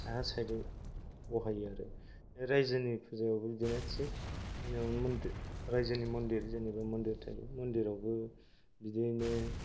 साहा साइदै ब'हायो आरो रायजोनि फुजा होबाबो बिदिनो रायजोनि मन्दिर जेनेबा मन्दिर थायो बेयावबो बिदियैनो